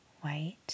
white